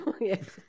yes